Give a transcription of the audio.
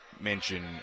mention